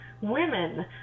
women